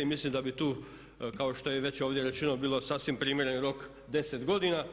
I mislim da bi tu kao što je i već ovdje rečeno bilo sasvim primjereni rok 10 godina,